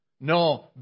No